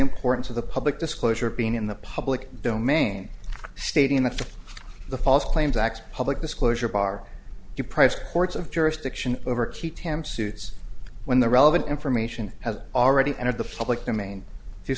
importance of the public disclosure being in the public domain stating that the false claims act public disclosure bar deprives courts of jurisdiction over key temp suits when the relevant information has already entered the public domain